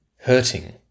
hurting